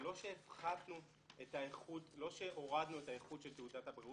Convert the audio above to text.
זה לא שהורדנו את האיכות של תעודת הבגרות